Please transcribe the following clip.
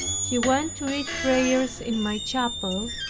he went to read prayers in my chapel,